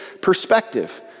perspective